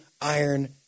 iron